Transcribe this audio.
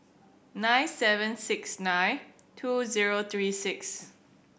nine seven six nine two zero three six